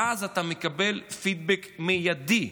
ואז אתה מקבל פידבק מיידי.